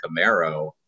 Camaro